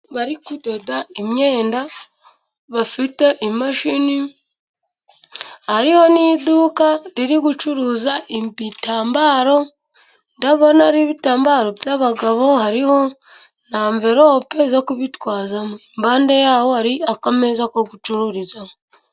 Bari kudoda imyenda bafite imashini, hariho n'iduka riri gucuruza ibitambaro, ndabona ari ibitambaro by'abagabo, hariho n'anverope zo kubitwaramo iruhande rwaho hari akameza ko gucururizaho.